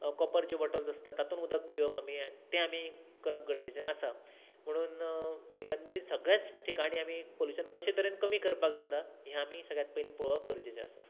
copper जे bottles आसतात तातूंत उदक पिवप आमी तें आमी करप गरजेचें आसा म्हणून एकंदरीत सगळ्याच ठिकाणी आमी पोल्यूशन कशें तरेन कमी करपाक जाता हें आमी सगळ्यांत पयलीं पळोवप गरजेचें